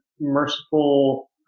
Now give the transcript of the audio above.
merciful